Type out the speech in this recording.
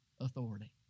authority